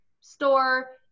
store